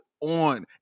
On